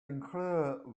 unclear